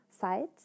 sides